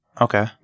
Okay